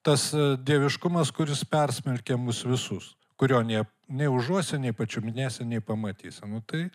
tas dieviškumas kuris persmelkė mus visus kurio nė nei užuosti nei pačiupinėsi nei pamatysi nu tai